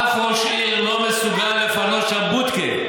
אף ראש עיר לא מסוגל לפנות שם בודקה.